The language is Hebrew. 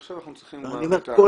עכשיו אנחנו צריכים ל --- אני אומר שכל